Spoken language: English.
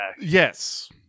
yes